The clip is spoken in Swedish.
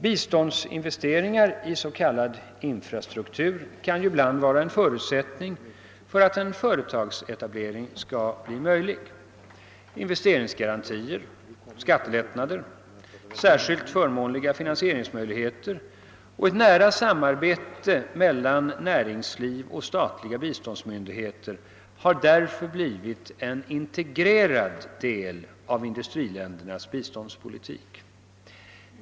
Biståndsinvesteringar i s.k. infrastruktur kan ibland vara en förutsättning för att en företagsetablering skall bli möjlig. Investeringsgarantier, skattelättnader, särskilt förmånliga finansieringsmöjligheter och ett nära samarbete mellan näringsliv och statliga bistånds myndigheter har därför blivit en integrerad del av industriländernas biståndspolitik.